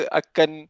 akan